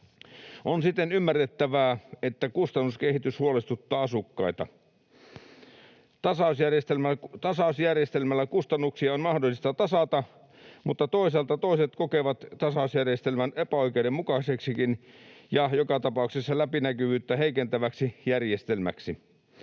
On siten ymmärrettävää, että kustannuskehitys huolestuttaa asukkaita. Tasausjärjestelmällä kustannuksia on mahdollista tasata, mutta toisaalta toiset kokevat tasausjärjestelmän epäoikeudenmukaiseksikin ja joka tapauksessa läpinäkyvyyttä heikentäväksi järjestelmäksi.